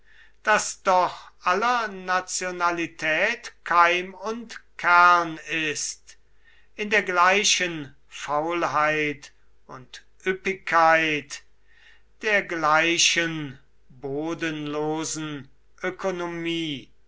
das doch aller nationalität keim und kern ist in der gleichen faulheit und üppigkeit der gleichen bodenlosen ökonomie